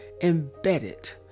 embedded